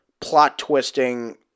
plot-twisting